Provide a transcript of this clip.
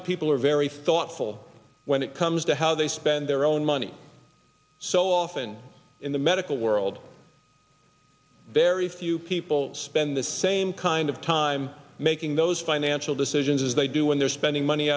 that people are very thoughtful when it comes to how they spend their own money so often in the medical world very few people spend the same kind of time making those financial decisions as they do when they're spending money